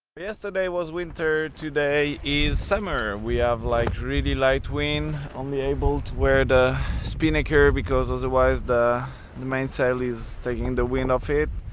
yesterday was winter, today is summer, we have really light wind only able to wear the spinnaker because otherwise the the mainsail is taking the wind off it,